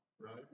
right